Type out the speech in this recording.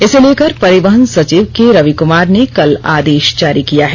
इसे लेकर परिवहन सचिव के रविकमार ने कल आदेश जारी किया है